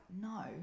no